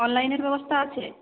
অনলাইনের ব্যবস্থা আছে